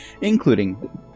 including